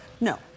No